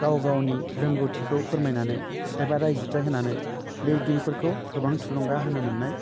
गाव गावनि रोंगौथिखौ फोरमायनानै एबा रायजिरथाय होनानै लिरिगिरिफोरखौ गोबां थुलुंगा होनो मोन्नाय